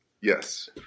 Yes